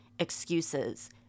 excuses